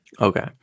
Okay